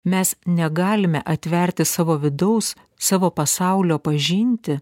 mes negalime atverti savo vidaus savo pasaulio pažinti